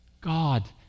God